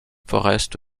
forrest